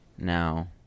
Now